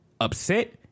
upset